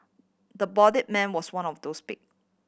the bloodied man was one of those pick